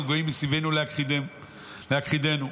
מכתבים אל יהודה ואחיו לאמור: נאספו עלינו הגויים מסביבנו להכחידנו".